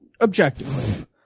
objectively